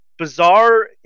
bizarre